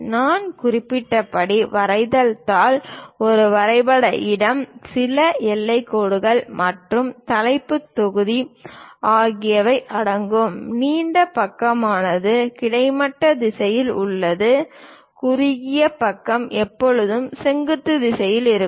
நான் குறிப்பிட்டுள்ளபடி வரைதல் தாளில் ஒரு வரைபட இடம் சில எல்லைக்கோடுகள் மற்றும் தலைப்புத் தொகுதி ஆகியவை அடங்கும் நீண்ட பக்கமானது கிடைமட்ட திசையில் உள்ளது குறுகிய பக்கம் எப்போதும் செங்குத்து திசையில் இருக்கும்